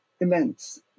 immense